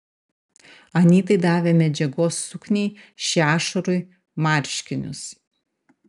anytai davė medžiagos sukniai šešurui marškinius